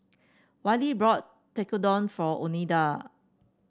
Wylie bought Tekkadon for Oneida